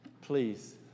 Please